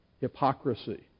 hypocrisy